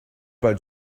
pas